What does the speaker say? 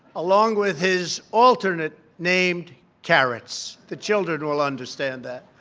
along with his alternate, named carrots. the children will understand that.